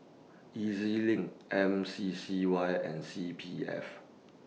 E Z LINK M C C Y and C P F